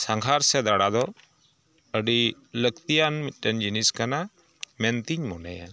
ᱥᱟᱸᱜᱷᱟᱨ ᱥᱮ ᱫᱟᱬᱟᱫᱚ ᱟᱹᱰᱤ ᱞᱟᱹᱠᱛᱤᱭᱟᱱ ᱢᱤᱫᱴᱮᱱ ᱡᱤᱱᱤᱥ ᱠᱟᱱᱟ ᱢᱮᱱᱛᱤᱧ ᱢᱚᱱᱮᱭᱟ